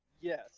Yes